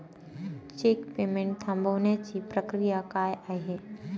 Check payment थांबवण्याची प्रक्रिया काय आहे?